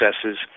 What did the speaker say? successes